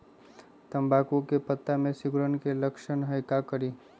तम्बाकू के पत्ता में सिकुड़न के लक्षण हई का करी?